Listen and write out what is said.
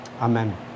Amen